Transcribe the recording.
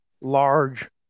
large